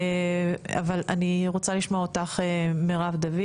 אבל אני רוצה לשמוע אותך מרב דוד